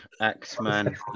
X-Men